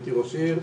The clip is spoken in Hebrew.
הייתי ראש עירייה